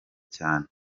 cyane